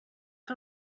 que